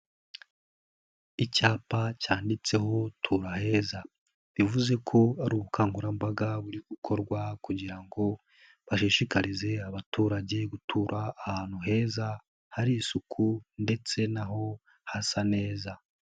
Icyapa cyanditseho tura aheza. Bivuze ko ari ubukangurambaga buri gukorwa kugira ngo bashishikarize abaturage gutura ahantu heza, hari isuku ndetse na ho hasa neza.